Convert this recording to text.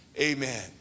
amen